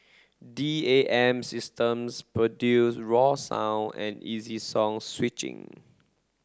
D A M systems produce raw sound and easy song switching